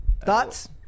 Thoughts